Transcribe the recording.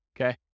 okay